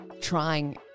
trying